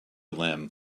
limb